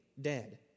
dead